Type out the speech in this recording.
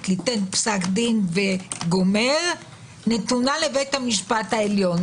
ליתן פסק דין וגו' נתונה לבית המשפט העליון,